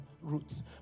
roots